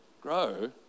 grow